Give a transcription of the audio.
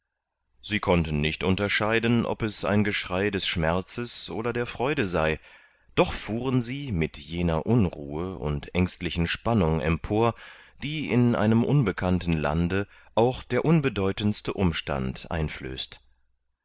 sie konnten nicht unterscheiden ob es ein geschrei des schmerzes oder der freude sei doch fuhren sie mit jener unruhe und ängstlichen spannung empor die in einem unbekannten lande auch der unbedeutendste umstand einflößt